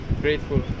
grateful